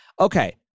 okay